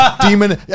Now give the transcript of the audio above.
Demon